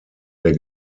der